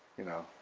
you know.